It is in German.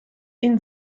ihnen